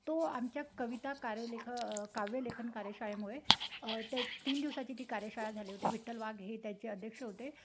तो आमच्या कविता कार्यलेख काव्यलेखन कार्यशाळेमुळे त्या तीन दिवसाची ती कार्यशाळा झाली होती विठ्ठल वाघ हे त्याचे अध्यक्ष होते